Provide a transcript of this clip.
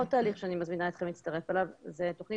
עוד תהליך שאני מזמינה אתכם להצטרף אליו זה תוכנית